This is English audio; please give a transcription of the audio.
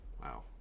Wow